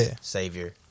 savior